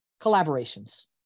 collaborations